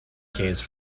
case